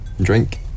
Drink